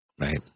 right